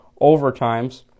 overtimes